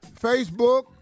Facebook